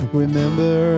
remember